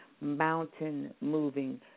mountain-moving